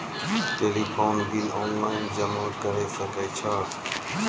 Telephone bill online जमा करै सकै छौ?